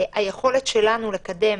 מבחינת היכולת שלנו לקדם